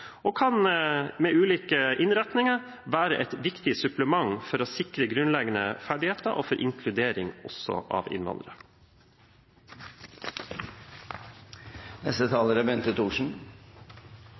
og kan med ulike innretninger være et viktig supplement for å sikre grunnleggende ferdigheter og for inkludering, også av innvandrere.